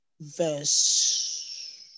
verse